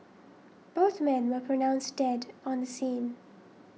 both men were pronounced dead on the scene